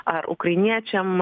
ar ukrainiečiam